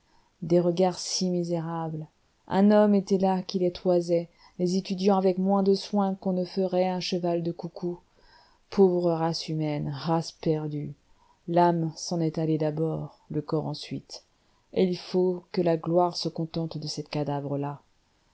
des regards si misérables un homme était là qui les toisait les étudiant avec moins de soin qu'on ne ferait un cheval de coucou pauvre race humaine race perdue l'âme s'en est allée d'abord le corps ensuite et il faut que la gloire se contente de ces cadavres là